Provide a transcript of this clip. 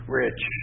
rich